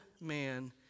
man